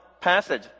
passage